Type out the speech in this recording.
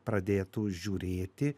pradėtų žiūrėti